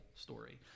story